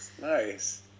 Nice